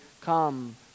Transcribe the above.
come